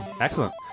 Excellent